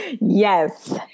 Yes